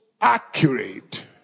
accurate